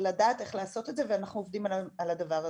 לדעת איך לעשות את זה ואנחנו עובדים על הדבר הזה.